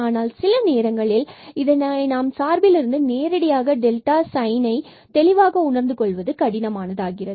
ஆனால் சில நேரங்களில் இதை நாம் சார்பிலிருந்து நேரடியாக f சைன் தெளிவாக உணர்ந்து கொள்வது கடினமானதாகிறது